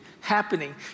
happening